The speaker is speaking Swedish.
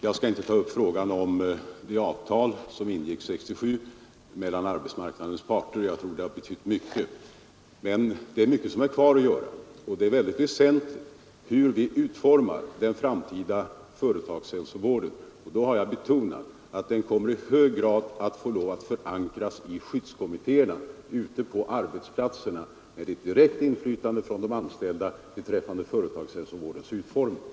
Jag skall inte ta upp frågan om det avtal som ingicks 1967 mellan arbetsmarknadens parter. Jag tror det har betytt mycket, men det är mycket som är kvar att göra, och det är väsentligt hur vi utformar den framtida företagshälsovården. Då har jag betonat att den kommer att i hög grad få lov att förankras i skyddskommittéerna ute på arbetsplatserna med ett direkt inflytande från de anställda att påverka företagshälsovårdens utformning.